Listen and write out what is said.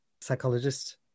psychologist